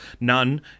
none